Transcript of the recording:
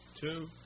two